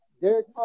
Derek